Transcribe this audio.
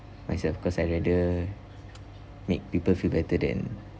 myself because I rather make people feel better than